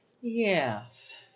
Yes